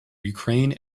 ukraine